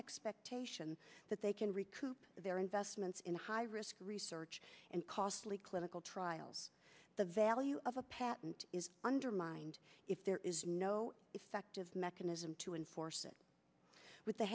expectation that they can recoup their investments in high risk research and costly clinical trials the value of a patent is undermined if there is no effective mechanism to enforce it with the